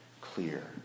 clear